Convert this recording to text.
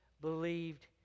believed